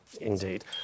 indeed